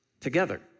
together